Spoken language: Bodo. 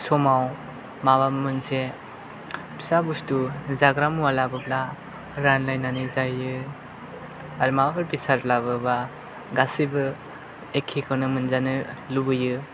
समाव माबा मोनसे फिसा बुस्थु जाग्रा मुवा लाबोब्ला रानलायनानै जायो आरो माबाफोर बेसाद लाबोयोबा गासैबो एखेखौनो मोनजानो लुबैयो